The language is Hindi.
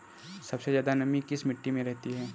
सबसे ज्यादा नमी किस मिट्टी में रहती है?